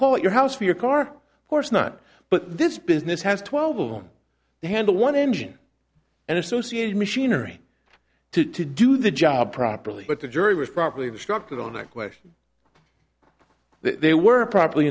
call at your house for your car course not but this business has twelve on the handle one engine and associated machinery to to do the job properly but the jury was probably destructive on that question they were properly